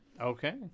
Okay